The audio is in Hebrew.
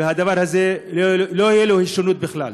ולדבר הזה לא תהיה הישנות בכלל.